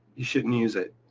you shouldn't use it.